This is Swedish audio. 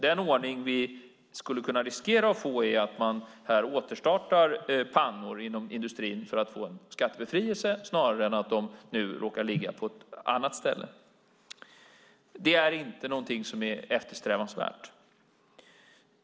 Den ordning som vi skulle riskera att få är att man inom industrin återstartar pannor för att få en skattebefrielse, snarare än att de råkar ligga på ett annat ställe. Det är inte eftersträvansvärt.